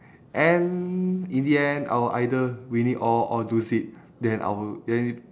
and in the end I'll either win it all or lose it then I will get it